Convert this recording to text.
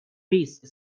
peace